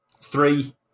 Three